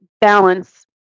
balance